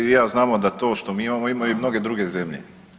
Vi i ja znamo da to što mi imamo imaju i mnoge druge zemlje.